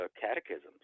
catechisms